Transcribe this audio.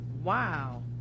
Wow